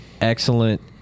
excellent